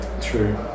True